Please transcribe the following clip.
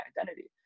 identity